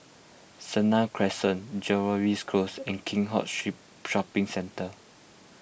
Senang Crescent Jervois Close and Keat Hong Street Shopping Centre